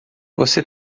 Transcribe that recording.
você